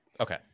Okay